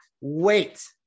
wait